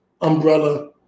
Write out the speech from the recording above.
umbrella